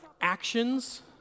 actions